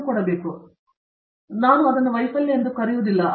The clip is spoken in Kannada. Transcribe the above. ಪ್ರೊಫೆಸರ್ ಬಾಬು ವಿಶ್ವನಾಥ್ ಅವರು ಅದನ್ನು ವೈಫಲ್ಯ ಎಂದು ಕರೆಯುವುದಿಲ್ಲ